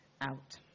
out